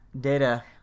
Data